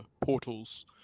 portals